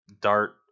dart